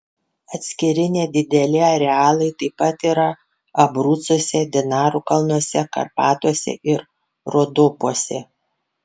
atskiri nedideli arealai taip pat yra abrucuose dinarų kalnuose karpatuose ir rodopuose